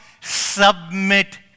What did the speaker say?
Submit